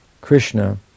Krishna